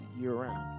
year-round